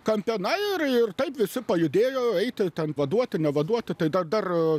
kampe na ir ir taip visi pajudėjo eiti ten vaduoti nevaduoti tai ten dar